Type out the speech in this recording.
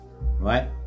right